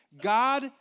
God